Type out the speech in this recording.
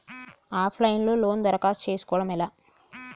Of line లో లోను దరఖాస్తు చేసుకోవడం ఎలా?